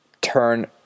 turn